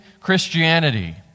Christianity